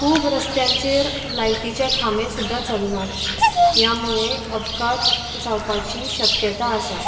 खूब रस्त्यांचेर लायटीचे खांबे सुद्दां चलनात ह्या मुळे अपघात जावपाची शक्यता आसा